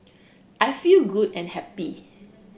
I feel good and happy